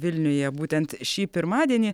vilniuje būtent šį pirmadienį